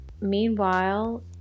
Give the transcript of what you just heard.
meanwhile